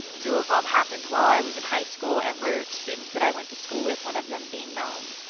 two of them um happened while i was in high school and were students that i went to school with, one of them being mahoume.